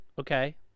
Okay